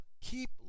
keep